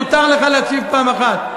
מותר לך להקשיב פעם אחת.